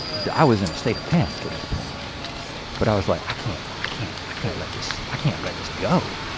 i was in a state of panic at this point but i was like i can't, i can't, i can't let this, i can't let this go,